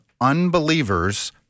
unbelievers